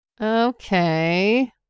Okay